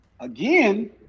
Again